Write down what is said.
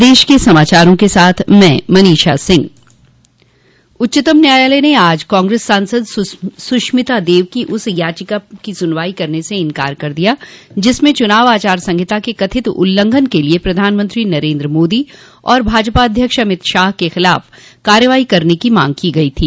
उच्चतम न्यायालय ने आज कांग्रेस सांसद सुष्मिता देव की उस याचिका की सुनवाई करने से इंकार कर दिया जिसमें चनाव आचार संहिता के कथित उल्लंघन के लिए प्रधानमंत्री नरेन्द्र मोदी और भाजपा अध्यक्ष अमितशाह के खिलाफ कार्रवाई करने की मांग की गयी थी